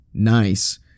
nice